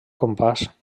compàs